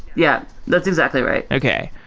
yeah. that's exactly right. okay.